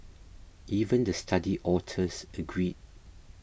even the study authors agreed